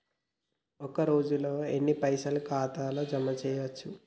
ఒక రోజుల ఎన్ని పైసల్ ఖాతా ల జమ చేయచ్చు?